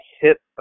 hit